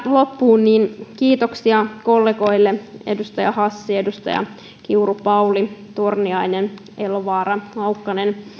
loppuun kiitoksia kollegoille edustajille hassi kiuru pauli torniainen elovaara laukkanen